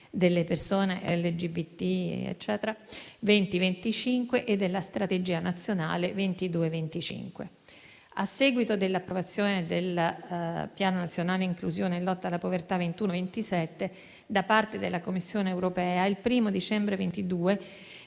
delle persone LGBT+ 2020-2025 e dalla Strategia nazionale 2022-2025. A seguito dell'approvazione del Piano nazionale inclusione e lotta alla povertà 2021-2027 da parte della Commissione europea, il 1o dicembre 2022,